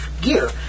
gear